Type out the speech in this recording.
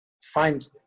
find